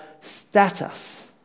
status